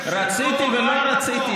רציתי או לא רציתי,